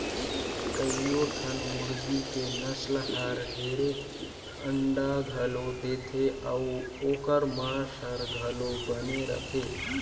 कयोठन मुरगी के नसल हर ढेरे अंडा घलो देथे अउ ओखर मांस हर घलो बने रथे